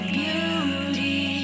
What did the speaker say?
beauty